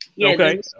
Okay